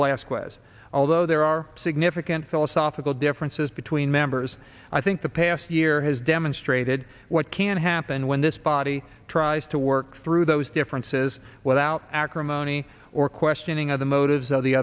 last question although there are significant philosophical differences between members i think the past year has demonstrated what can happen when this body tries to work through those differences without acrimony or questioning of the motives